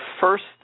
first